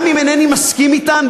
גם אם אינני מסכים להן,